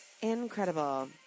Incredible